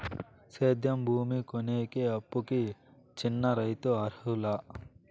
సేద్యం భూమి కొనేకి, అప్పుకి చిన్న రైతులు అర్హులా?